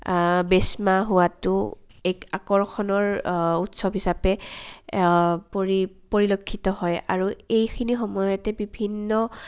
বেচমা হোৱাতো এক আকৰ্ষণৰ উৎসৱ হিচাপে পৰি পৰিলক্ষিত হয় আৰু এইখিনি সময়তে বিভিন্ন